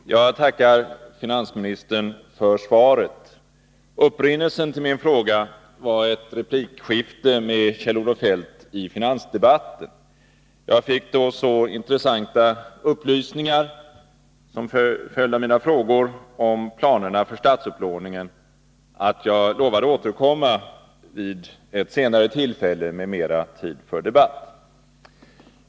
Herr talman! Jag tackar finansministern för svaret. Upprinnelsen till min fråga var ett replikskifte med Kjell-Olof Feldt i finansdebatten. Jag fick då så intressanta upplysningar som följd av mina frågor om planerna för statsupplåningen att jag lovade återkomma vid ett senare tillfälle med mera tid för debatt.